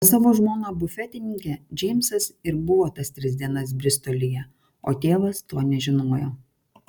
pas savo žmoną bufetininkę džeimsas ir buvo tas tris dienas bristolyje o tėvas to nežinojo